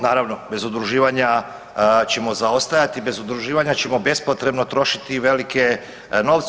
Naravno bez udruživanja ćemo zaostajati, bez udruživanja ćemo bespotrebno trošiti i velike novce.